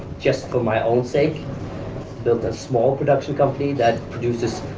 just for my own sake built a small production company that produces